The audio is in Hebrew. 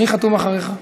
מי חתום אחריך?